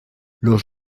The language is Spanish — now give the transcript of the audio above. los